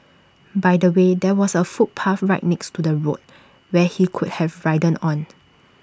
by the way there was A footpath right next to the road where he could have ridden on